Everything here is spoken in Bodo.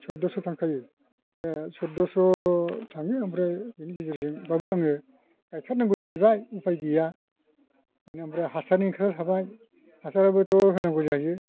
सुदद'स' थांखायो बे सुद'दस' थाङो ओमफ्राय बिनि गेजेरजोंबाबो आङो गायथार नांगौ जाहैबाय उफाय गैया मानि ओमफ्राय हासारनि खोथा थाबाय हासाराबोथ' होनांगौ जायो